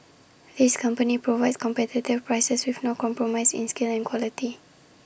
this company provides competitive prices with no compromise in skill and quality